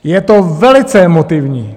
Je to velice emotivní.